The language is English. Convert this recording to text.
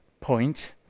point